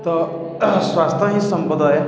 ତ ସ୍ୱାସ୍ଥ୍ୟ ହିଁ ସମ୍ପଦ ଏ